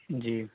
جی